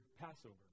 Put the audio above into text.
Passover